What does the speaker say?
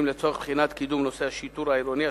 לצורך בחינת קידום נושא השיטור העירוני,